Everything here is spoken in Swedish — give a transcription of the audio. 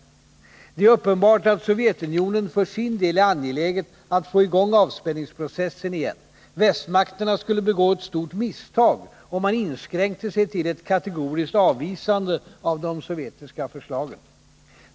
Det är uppenbart att Sovjetunionen för sin del är angeläget att få i gång avspänningsprocessen igen. Västmakterna skulle begå ett stort misstag om de inskränkte sig till ett kategoriskt avvisande av de sovjetiska förslagen.